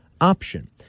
option